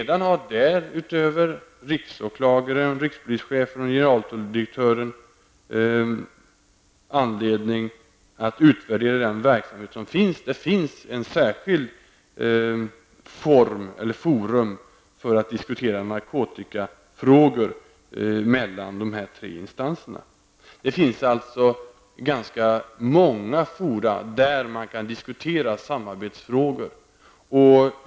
Därutöver har riksåklagaren, rikspolischefen och generaltulldirektören sedan anledning att utvärdera den verksamhet som finns. Det finns ett särskilt forum för att diskutera narkotikafrågor mellan de här tre instanserna. Det finns alltså ganska många fora där man kan diskutera samarbetsfrågor.